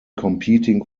competing